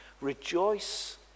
Rejoice